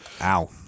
Ow